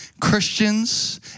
Christians